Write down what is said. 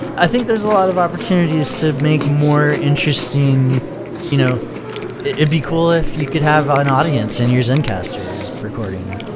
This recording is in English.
i think there's a lot of opportunities to make more interesting you know it'd be cool if you could have an audience in your zencastr recording,